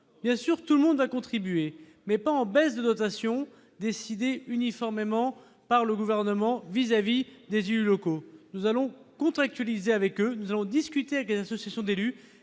bien sûr, tout le monde a contribué mais pas en baisse de notation décidé uniformément par le gouvernement vis-à-vis des yeux locaux nous allons contractualiser avec nous allons discuter, ce sont, d'élus